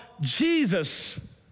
Jesus